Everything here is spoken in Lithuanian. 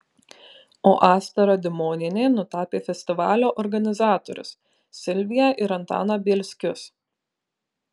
o asta radimonienė nutapė festivalio organizatorius silviją ir antaną bielskius